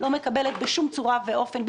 אני לא מקבלת בשום צורה ואופן,